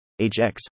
hx